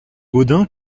gaudin